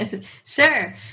Sure